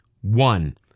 One